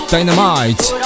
Dynamite